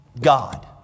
God